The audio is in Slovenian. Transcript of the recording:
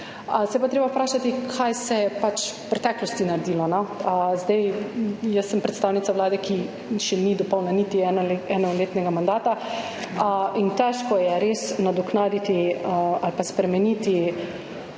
Se je pa treba vprašati, kaj se je naredilo v preteklosti. Jaz sem predstavnica Vlade, ki še ni dopolnila niti enoletnega mandata, res je težko nadoknaditi ali pa spremeniti